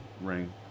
ring